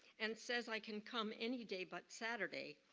and says i can come any day but saturday,